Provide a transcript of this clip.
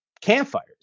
campfires